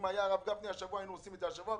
אם היה הרב גפני השבוע, היינו עושים את זה השבוע.